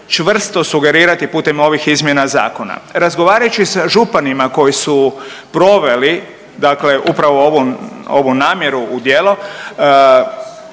čvrsto sugerirati putem ovih izmjena zakona. Razgovarajući za županima koji su proveli dakle upravo ovu namjeru u djelo,